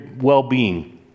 well-being